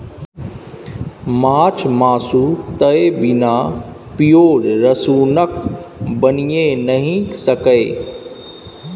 माछ मासु तए बिना पिओज रसुनक बनिए नहि सकैए